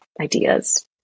ideas